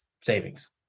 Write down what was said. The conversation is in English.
savings